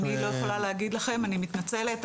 אני לא יכולה להגיד לכם, אני מתנצלת.